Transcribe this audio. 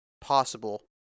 possible